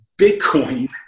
bitcoin